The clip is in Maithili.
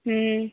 हूँ